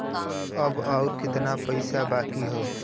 अब अउर कितना पईसा बाकी हव?